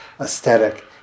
Aesthetic